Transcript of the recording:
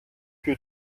für